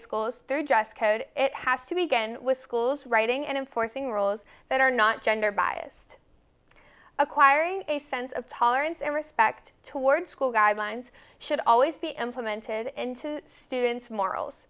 code it has to begin with schools writing and enforcing rules that are not gender biased acquire a sense of tolerance and respect toward school guidelines should always be implemented into students morals